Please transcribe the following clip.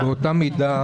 באותה מידה